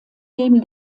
neben